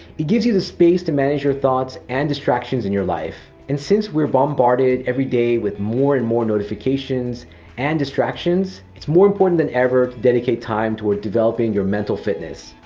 it gives you the space to manage the thoughts and distractions in your life. and since we're bombarded every day with more and more notifications and distractions, it's more important than ever to dedicate time toward developing your mental fitness.